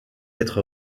être